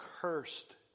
Cursed